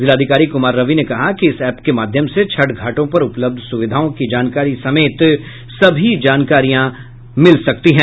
जिलाधिकारी कुमार रवि ने कहा कि इस एप के माध्यम से छठ घाटों पर उपलब्ध सुविधाओं की जानकारी समेत सभी जानकारियां रहेंगी